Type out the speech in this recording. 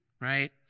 right